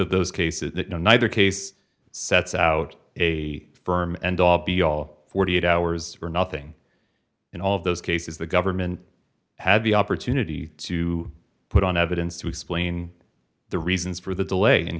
of those cases that no neither case sets out a firm end all be all forty eight hours or nothing in all of those cases the government had the opportunity to put on evidence to explain the reasons for the delay in